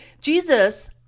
Jesus